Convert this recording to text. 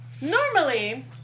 normally